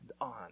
on